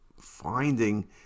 finding